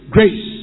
Grace